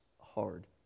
hard